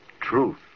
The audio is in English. truth